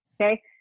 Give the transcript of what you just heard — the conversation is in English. okay